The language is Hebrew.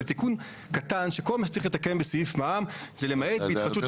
זה תיקון קטן שכל מה שצריך לתקן בסעיף מע"מ זה למעט בהתחדשו עירונית.